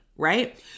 Right